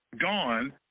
gone